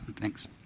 Thanks